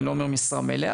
אני לא אומר משרה מלאה,